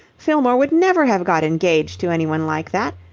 fillmore would never have got engaged to anyone like that.